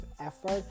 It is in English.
effort